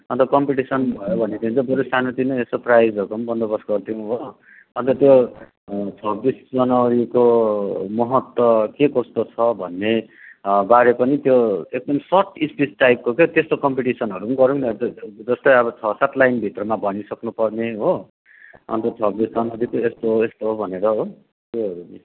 अन्त कम्पिटिसन भयो भनेदेखि चाहिँ बरु सानोतिनो यसो प्राइजहरूको पनि बन्दोबस्त गरिदिऊँ हो अन्त त्यो छब्बिस जनवरीको महत्त्व के कस्तो छ भन्ने बारे पनि त्यो एकदम सर्ट स्पिच टाइपको क्या त्यस्तो कम्पिटिसनहरू पनि गरौँ न जस्तै अब छ सात लाइनभित्रमा भनिसक्नु पर्ने हो अन्त छब्बिस जनवरी चाहिँ यस्तो यस्तो हो भनेर हो त्योहरू